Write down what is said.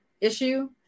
issue